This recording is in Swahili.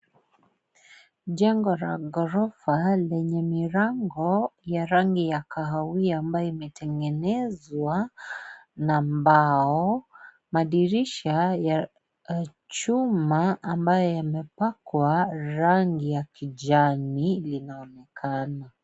Jengo la ghorofa yenye milango ya rangi ya kahawia ambayo imetengenezwa na mbao madirisha ya chuma ambayo yamepakwa rangi ya kijani linaonekana.